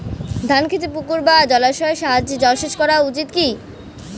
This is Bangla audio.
ধান খেতে পুকুর বা জলাশয়ের সাহায্যে জলসেচ করা উচিৎ হবে কি?